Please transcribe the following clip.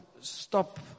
stop